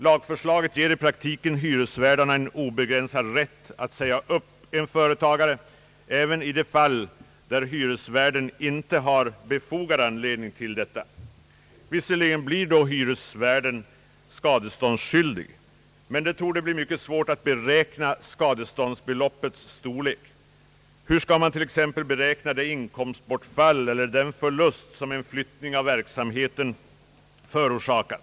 Lagförslaget ger i praktiken hyresvärdarna obegränsad rätt att säga upp en företagare även i sådana fall där hyresvärden inte har befogad anledning till uppsägning. Visserligen blir då hyresvärden skadeståndsskyldig, men det torde möta stora svårigheter att beräkna skadeståndsbeloppets storlek. Hur skall man t.ex. beräkna det inkomstbortfall eller den förlust som en flyttning av verksamheten förorsakar?